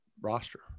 roster